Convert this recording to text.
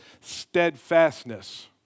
steadfastness